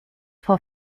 vor